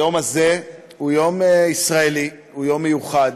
היום הזה הוא יום ישראלי, הוא יום מיוחד.